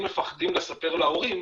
מפחדים לספר להורים,